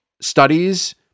studies